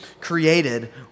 created